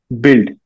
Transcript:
build